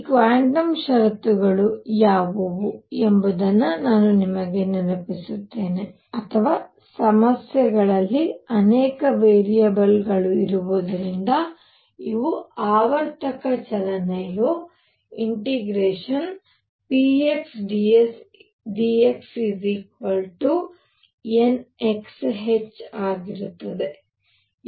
ಈ ಕ್ವಾಂಟಮ್ ಷರತ್ತುಗಳು ಯಾವುವು ಎಂಬುದನ್ನು ನಾನು ನಿಮಗೆ ನೆನಪಿಸುತ್ತೇನೆ ಅಥವಾ ಸಮಸ್ಯೆಯಲ್ಲಿ ಅನೇಕ ವೇರಿಯಬಲ್ಗಳು ಇರುವುದರಿಂದ ಇವು ಆವರ್ತಕ ಚಲನೆಯು ∫px dxnxh ಆಗಿರುತ್ತದೆ